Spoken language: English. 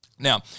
Now